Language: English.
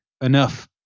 enough